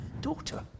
daughter